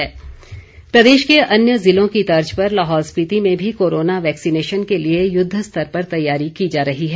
टीकाकरण प्रदेश के अन्य ज़िलों की तर्ज पर लाहौल स्पीति में भी कोरोना वैक्सीनेशन के लिए युद्वस्तर पर तैयारी की जा रही है